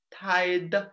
Tide